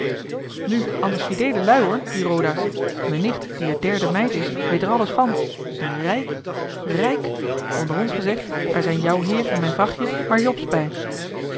nu anders fideele lui hoor die roda's mijn nicht die er derde meid is weet er alles van en rijk rijk onder ons gezegd daar zijn jouw heer en mijn vrachtje maar jobs bij